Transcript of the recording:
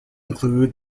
include